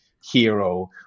hero